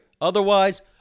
otherwise